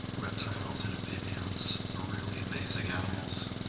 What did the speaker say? reptiles and amphibians are really amazing animals,